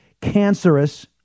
cancerous